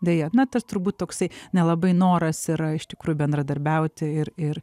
deja na tas turbūt toksai nelabai noras yra iš tikrųjų bendradarbiauti ir ir